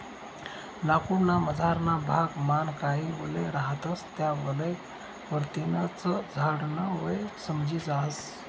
लाकूड ना मझारना भाग मान काही वलय रहातस त्या वलय वरतीन च झाड न वय समजी जास